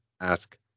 ask